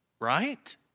right